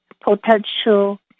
Potential